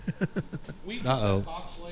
Uh-oh